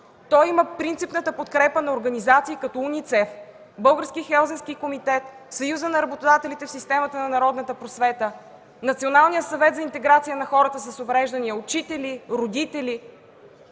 Той има принципната подкрепа на организации като УНИЦЕФ, Български Хелзинкски комитет, Съюза на работодателите в системата на народната просвета, Националния съвет за интеграция на хората с увреждания, учители, родители.